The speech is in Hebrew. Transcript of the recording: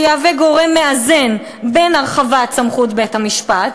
שיהווה גורם מאזן בין הרחבת סמכות בית-המשפט